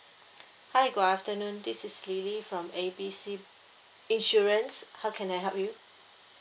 hi good afternoon this is lily from A B C insurance how can I help you